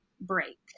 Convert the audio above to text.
break